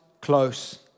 close